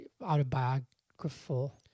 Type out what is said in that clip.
autobiographical